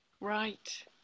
Right